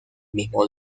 mismo